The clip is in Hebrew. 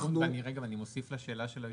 ואני מוסיף לשאלה של היושב-ראש,